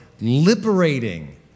liberating